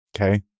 Okay